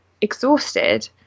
exhausted